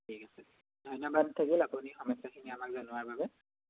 ঠিক আছে ধন্যবাদ থাকিল আপুনি সমস্যাখিনি আমাক জানোৱাৰ বাবে